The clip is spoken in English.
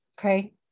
okay